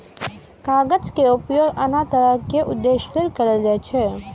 कागज के उपयोग अनेक तरहक उद्देश्य लेल कैल जाइ छै